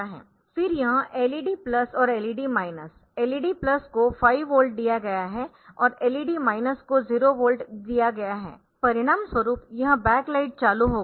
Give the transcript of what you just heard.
फिर यह LED plus और LED माइनस LED प्लस को 5 वोल्ट दिया गया है और LED माइनस को 0 वोल्ट दिया गया है परिणामस्वरूप यह बैक लाइट चालू होगा